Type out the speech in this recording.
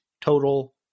total